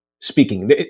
speaking